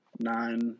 nine